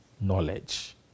Knowledge